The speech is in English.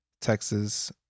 texas